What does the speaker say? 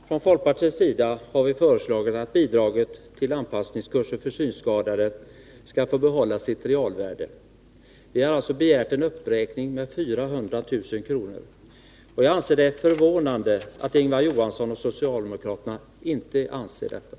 Herr talman! Från folkpartiets sida har vi föreslagit att bidraget till anpassningskurser för synskadade skall få behålla sitt realvärde. Vi har alltså begärt en uppräkning med 400 000 kr. Jag anser att det är förvånande att Ingvar Johnsson och socialdemokraterna inte tillstyrker vårt förslag.